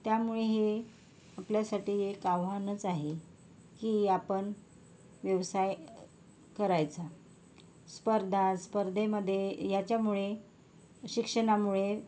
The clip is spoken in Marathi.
त्यामुळे हे आपल्यासाठी एक आव्हानच आहे की आपण व्यवसाय करायचा स्पर्धा स्पर्धेमध्ये ह्याच्यामुळे शिक्षणामुळे